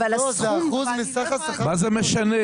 מה זה משנה?